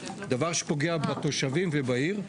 דבר שפוגע בתושבים ובעיר.